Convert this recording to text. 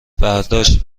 برداشت